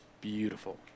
beautiful